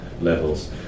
levels